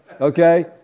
Okay